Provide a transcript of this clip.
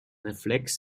reflex